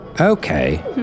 Okay